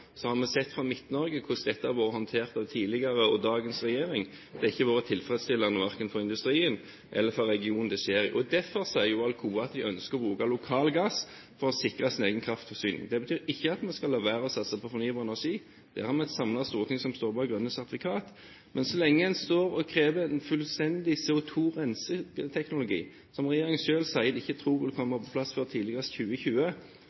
har vi i Midt-Norge sett hvordan dette har blitt håndtert av tidligere regjeringer og dagens regjering. Det har ikke vært tilfredsstillende verken for industrien eller for regionen det skjer i. Derfor sier Alcoa at de ønsker å bruke lokal gass for å sikre sin egen kraftforsyning. Det betyr ikke at vi skal la være å satse på fornybar energi – vi har et samlet storting som står bak grønne sertifikater. Men så lenge en krever en fullstendig CO2-renseteknologi, som regjeringen selv sier de tror ikke vil komme på plass før tidligst 2020,